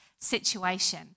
situation